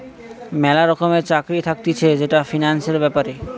ম্যালা রকমের চাকরি থাকতিছে যেটা ফিন্যান্সের ব্যাপারে